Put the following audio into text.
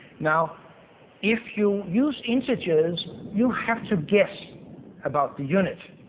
now if you use integers, you have to guess about the unit.